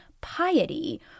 piety